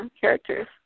characters